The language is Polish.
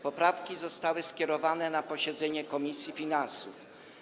Poprawki zostały skierowane na posiedzenie komisji finansów.